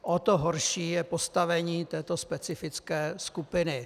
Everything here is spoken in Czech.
O to horší je postavení této specifické skupiny.